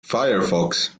firefox